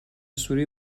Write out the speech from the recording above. سوری